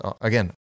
again